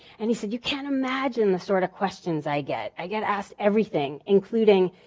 and he said, you can't imagine the sort of questions i get. i get asked everything including,